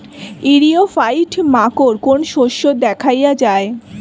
ইরিও ফাইট মাকোর কোন শস্য দেখাইয়া যায়?